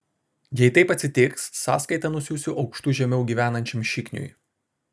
jei taip atsitiks sąskaitą nusiųsiu aukštu žemiau gyvenančiam šikniui